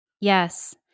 Yes